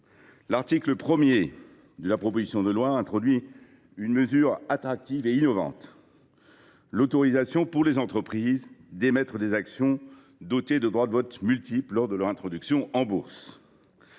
L’article 1 de la proposition de loi prévoit une mesure attractive et innovante : l’autorisation pour les entreprises d’émettre des actions dotées de droits de vote multiples lors de leur introduction en bourse.